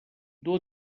dur